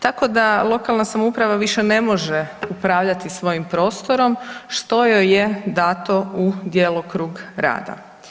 Tako da lokalna samouprava više ne može upravljati svojim prostorom što joj je dato u djelokrug rada.